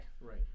Right